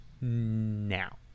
now